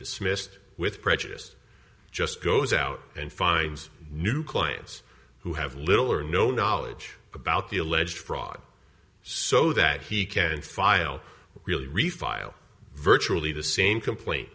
dismissed with prejudiced just goes out and finds new clients who have little or no knowledge about the alleged fraud so that he can file really refile virtually the same complain